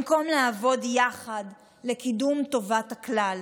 במקום לעבוד יחד לקידום טובת הכלל.